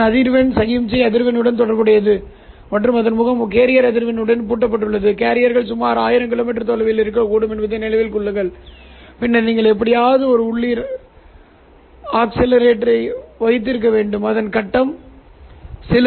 உள்வரும் சமிக்ஞையை அதன் ஆர்த்தோகனலில் பிரிக்க துருவமுனைப்பு பீம் ஸ்ப்ளிட்டர் எனப்படுவதை என்னால் வைக்க முடியும் கூறுகள் எனவே நான் அவற்றை x மற்றும் y ஆக பிரிக்க முடியும் உள்ளூர் ஊசலாட்டத்திலும் அதே பிளவுகளை என்னால் செய்ய முடியும் எனவே El ஐயும் வைத்திருப்போம் இது துருவப்படுத்தப்படுகிறது